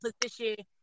position